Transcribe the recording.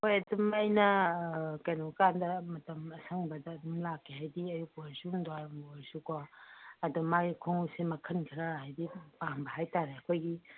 ꯍꯣꯏ ꯑꯗꯨꯝ ꯑꯩꯅ ꯀꯩꯅꯣ ꯀꯥꯟꯗ ꯃꯇꯝ ꯑꯁꯪꯕꯗ ꯑꯗꯨꯝ ꯂꯥꯛꯀꯦ ꯍꯥꯏꯗꯤ ꯑꯌꯨꯛ ꯑꯣꯏꯔꯁꯨ ꯅꯨꯡꯗꯥꯡ ꯋꯥꯏꯔꯝꯕꯨ ꯑꯣꯏꯔꯁꯨꯀꯣ ꯑꯗꯨ ꯃꯥꯒꯤ ꯈꯣꯡꯎꯞꯁꯦ ꯃꯈꯟ ꯈꯔ ꯍꯥꯏꯗꯤ ꯄꯥꯝꯕ ꯍꯥꯏꯇꯔꯦ ꯑꯩꯈꯣꯏꯒꯤ